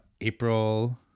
April